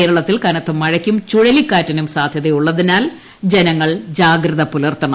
കേരളത്തിൽ കനത്ത മഴയ്ക്കും ചുഴലിക്കാറ്റിനും സാധ്യത യുള്ളതിനാൽ ജനങ്ങൾ ജാഗ്രത പുലർത്തണം